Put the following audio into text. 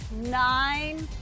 nine